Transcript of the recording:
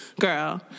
girl